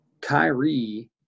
Kyrie